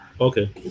Okay